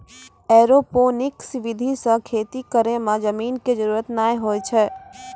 aeroponics विधि सॅ खेती करै मॅ जमीन के जरूरत नाय होय छै